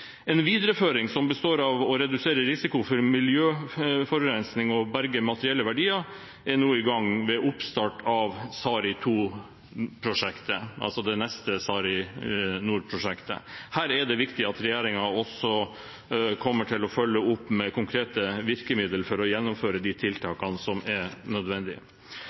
En videreføring som består av å redusere risikoen for miljøforurensning og berge materielle verdier, er nå i gang ved oppstart av SARiNOR 2-prosjektet – altså det neste SARiNOR-prosjektet. Her er det viktig at regjeringen kommer til å følge opp med konkrete virkemidler for å gjennomføre de tiltakene som er